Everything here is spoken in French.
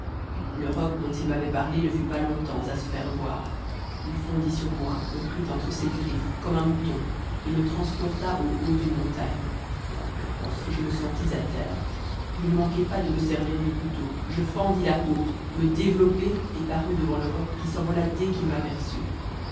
le roc dont ils m'avaient parlé ne fut pas longtemps à se faire voir il fondit sur moi me prit entre ses griffes comme un mouton et me transporta au haut d'une montagne lorsque je me sentis à terre je ne manquai pas de me servir du couteau je fendis la peau me développai et parus devant le roc qui s'envola dès qu'il